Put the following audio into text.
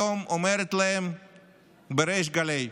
אומרת להם היום בריש גלי: